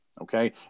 Okay